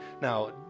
Now